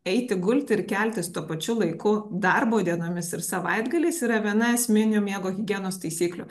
eiti gulti ir keltis tuo pačiu laiku darbo dienomis ir savaitgaliais yra viena esminių miego higienos taisyklių